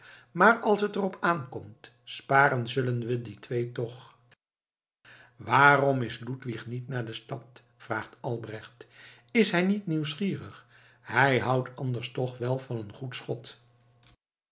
maar als het er op aankomt sparen zullen we die twee toch waarom is ludwig niet naar de stad vraagt albrecht is hij niet nieuwsgierig hij houdt anders toch wel van een goed